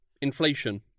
inflation